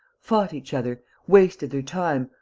fought each other, wasted their time,